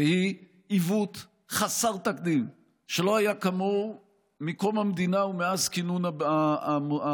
והיא: עיוות חסר תקדים שלא היה כמוהו מקום המדינה ומאז כינון הכנסת